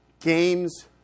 games